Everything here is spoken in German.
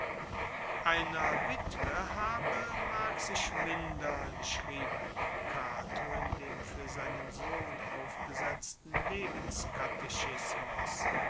einer witwe habe mag sich mindern schrieb cato in dem fuer seinen sohn aufgesetzten lebenskatechismus